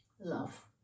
Love